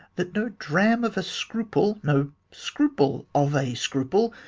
that no dram of a scruple, no scruple of a scruple,